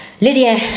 Lydia